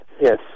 yes